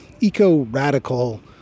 eco-radical